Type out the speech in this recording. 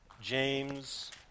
James